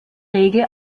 regel